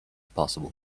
possible